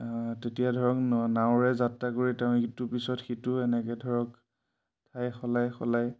তেতিয়া ধৰক নাৱৰে যাত্ৰা কৰি তেওঁ ইটো পিছত সিটো এনেকৈ ধৰক ঠাই সলাই সলাই